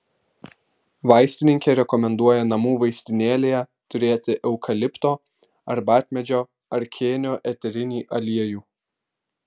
vaistininkė rekomenduoja namų vaistinėlėje turėti eukalipto arbatmedžio ar kėnio eterinį aliejų